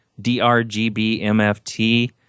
drgbmft